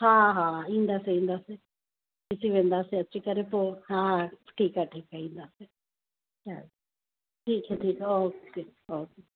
हा हा ईंदसि ईंदसि ॾिसी वेंदासीं अची करे पोइ हा ठीकु आहे ठीकु आहे ईंदासीं हा ठीकु आहे ठीकु आहे ओके ओके